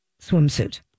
swimsuit